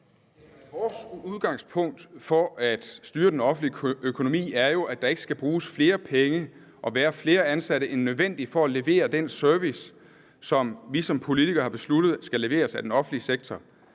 Vores udgangspunkt for at styre den offentlige økonomi er jo, at der ikke skal bruges flere penge og være flere ansatte end nødvendigt for at levere den service, som vi som politikere har besluttet skal leveres af den offentlige sektor.